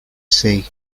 see